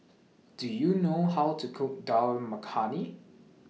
Do YOU know How to Cook Dal Makhani